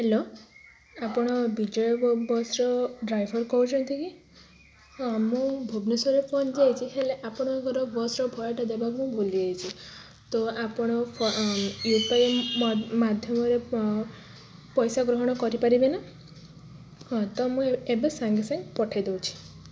hello ଆପଣ ବିଜୟ ବାବୁ ବସ୍ର ଡ୍ରାଇଭର୍ କହୁଛନ୍ତି କି ହଁ ମୁଁ ଭୁବନେଶ୍ୱରରେ ପହଞ୍ଚିଯାଇଛି ହେଲେ ଆପଣଙ୍କର ବସର ପୈଠ ଦେବାକୁ ମୁଁ ଭୁଲିଯାଇଛି ତ ଆପଣ ୟୁ ପି ଆଇ ମାଧ୍ୟମରେ ପଇସା ଗ୍ରହଣ କରିପାରିବେ ନା ହଁ ତ ମୁଁ ଏବେଏବେ ସାଙ୍ଗେସାଙ୍ଗେ ପଠେଇ ଦେଉଛି